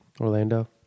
Orlando